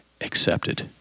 accepted